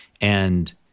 And-